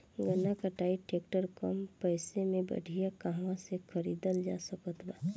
गन्ना कटाई ट्रैक्टर कम पैसे में बढ़िया कहवा से खरिदल जा सकत बा?